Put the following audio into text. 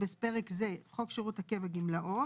(בפרק זה חוק שירות הקבע גמלאות)